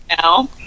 now